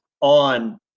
on